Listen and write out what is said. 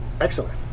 Excellent